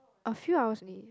a few hour only